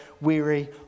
weary